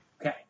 Okay